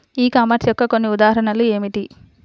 ఈ కామర్స్ యొక్క కొన్ని ఉదాహరణలు ఏమిటి?